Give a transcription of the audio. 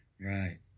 Right